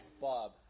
Bob